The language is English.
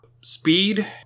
speed